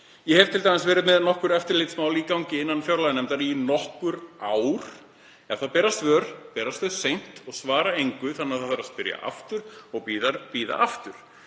Ég hef t.d. verið með nokkur eftirlitsmál í gangi innan fjárlaganefndar í nokkur ár. Ef svör berast þá berast þau seint og svara engu þannig að það þarf að spyrja aftur og bíða aftur.